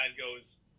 goes